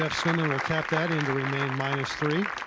will tap that in to remain minus three.